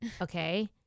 Okay